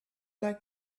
like